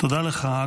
תודה לך.